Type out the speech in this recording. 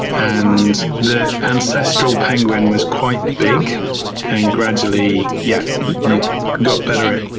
and the ancestral penguin was quite big and gradually, yeah you got better at,